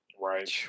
Right